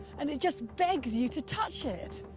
and it just begs you to touch it.